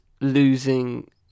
losing